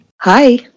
hi